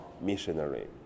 missionary